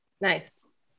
nice